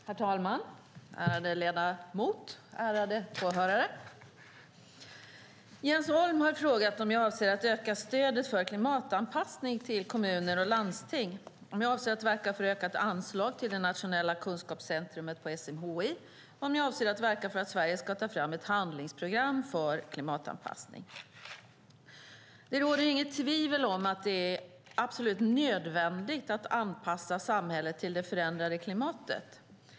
Herr talman! Ärade ledamot! Ärade åhörare! Jens Holm har frågat om jag avser att öka stödet för klimatanpassning till kommuner och landsting, om jag avser att verka för ökat anslag till det nationella kunskapscentrumet på SMHI och om jag avser att verka för att Sverige ska ta fram ett handlingsprogram för klimatanpassning. Det råder inget tvivel om att det är absolut nödvändigt att anpassa samhället till det förändrade klimatet.